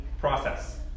process